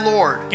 Lord